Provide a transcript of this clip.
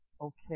okay